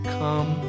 come